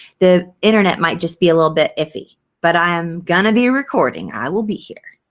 the internet might just be a little bit iffy but i am going to be recording. i will be here.